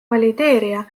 valideerija